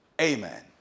amen